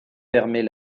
permet